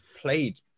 played